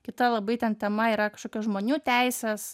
kita labai ten tema yra kažkokios žmonių teisės